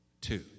two